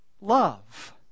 love